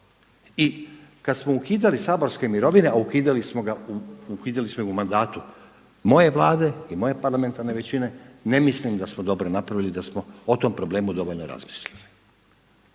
I kada smo ukidali saborske mirovine, a ukidali smo u mandatu moje vlade i moje parlamentarne većine, ne mislim da smo dobro napravili i da smo o tom problemu dovoljno razmislili.